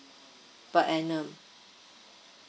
per annum